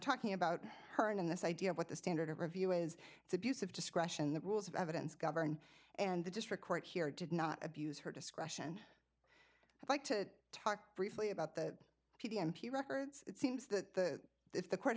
talking about her and in this idea of what the standard of review is it's abuse of discretion the rules of evidence govern and the district court here did not abuse her discretion i'd like to talk briefly about the p d m p records it seems that if the court